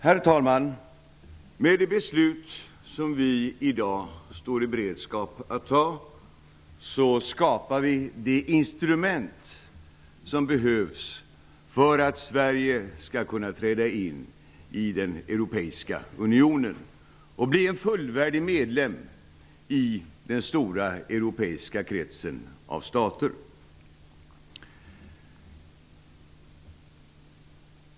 Herr talman! Med det beslut som vi i dag står i begrepp att ta skapar vi det instrument som behövs för att Sverige skall kunna träda in i den europeiska unionen och bli en fullvärdig medlem i den stora europeiska kretsen av stater.